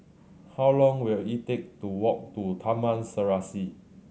how long will it take to walk to Taman Serasi